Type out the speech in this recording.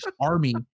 army